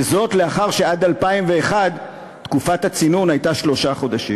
וזה לאחר שעד 2001 תקופת הצינון הייתה שלושה חודשים.